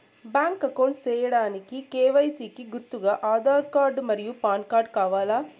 Bank account సేయడానికి KYC కి గుర్తుగా ఆధార్ కార్డ్ మరియు పాన్ కార్డ్ కావాలా?